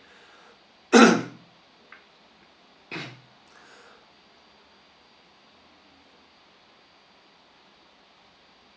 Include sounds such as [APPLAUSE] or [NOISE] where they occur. [COUGHS]